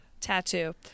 Tattoo